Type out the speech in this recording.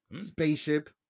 spaceship